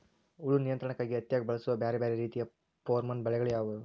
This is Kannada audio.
ಹುಳು ನಿಯಂತ್ರಣಕ್ಕಾಗಿ ಹತ್ತ್ಯಾಗ್ ಬಳಸುವ ಬ್ಯಾರೆ ಬ್ಯಾರೆ ರೇತಿಯ ಪೋರ್ಮನ್ ಬಲೆಗಳು ಯಾವ್ಯಾವ್?